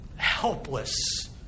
Helpless